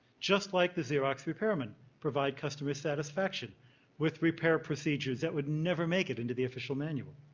just like the xerox repairmen provide customer satisfaction with repair procedures that would never make it into the official manual.